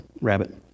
rabbit